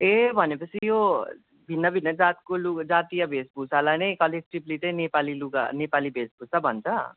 ए भने पछि यो भिन्न भिन्न जातको लु जातीय भेषभूषालाई नै कलेक्टिभली चाहिँ नेपाली लुगा नेपाली भेषभूषा भन्छ